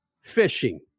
fishing